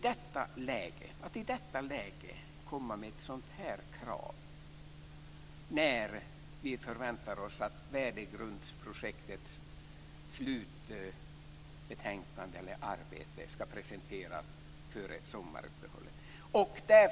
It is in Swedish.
Det är märkligt att i detta läge komma med ett sådant här krav, när vi förväntar oss att värdegrundsprojektets slutbetänkande, deras arbete, ska presenteras före sommaruppehållet.